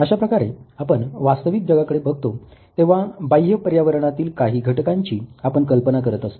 अशा प्रकारे आपण वास्तविक जगाकडे बघतो तेव्हा बाह्य पर्यावरणातील काही घटकांची आपण कल्पना करत असतो